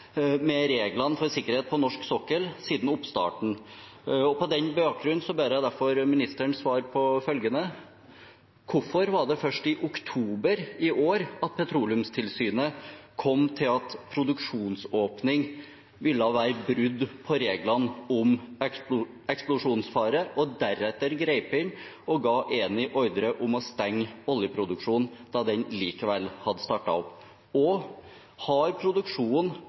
med reglene for sikkerhet på norsk sokkel siden oppstarten. På den bakgrunn ber jeg derfor statsråden svare på følgende: Hvorfor var det først i oktober i år at Petroleumstilsynet kom til at produksjonsåpning ville være brudd på reglene om eksplosjonsfare og deretter grep inn og ga Eni ordre om å stenge oljeproduksjonen da den likevel hadde startet opp? Og: Har